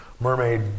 mermaid